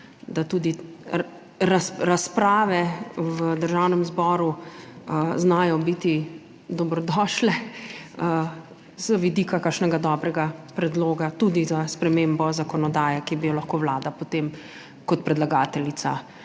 da tudi razprave v Državnem zboru znajo biti dobrodošle z vidika kakšnega dobrega predloga, tudi za spremembo zakonodaje, ki bi jo lahko Vlada potem kot predlagateljica